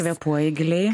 kvėpuoji giliai